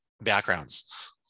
backgrounds